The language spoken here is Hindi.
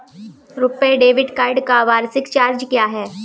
रुपे डेबिट कार्ड का वार्षिक चार्ज क्या है?